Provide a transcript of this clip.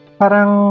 parang